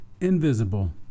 invisible